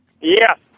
Yes